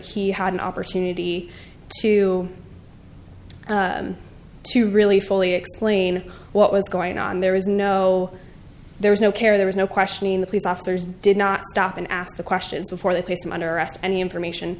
he had an opportunity to to really fully explain what was going on there is no there was no care there was no questioning the police officers did not stop and ask the questions before they placed him under arrest and the information